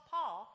Paul